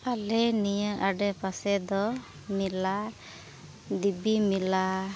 ᱟᱞᱮ ᱱᱤᱭᱟᱹ ᱟᱲᱮ ᱯᱟᱥᱮ ᱫᱚ ᱢᱮᱞᱟ ᱫᱮᱵᱤ ᱢᱮᱞᱟ